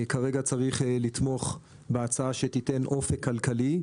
צריך לתמוך בהצעה שתיתן אופק כלכלי.